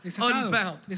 Unbound